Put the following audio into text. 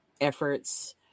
efforts